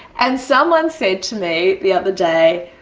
and someone said to me the other day,